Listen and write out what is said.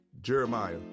Jeremiah